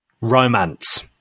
Romance